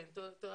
כן.